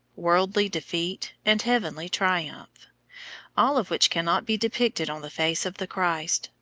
worldly defeat and heavenly triumph all of which cannot be depicted on the face of the christ,